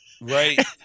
right